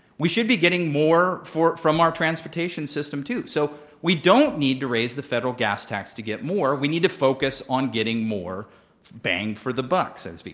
we should be getting more from our transportation system, too. so we don't need to raise the federal gas tax to get more. we need to focus on getting more bang for the buck, so to speak.